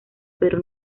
pero